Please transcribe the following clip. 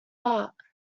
art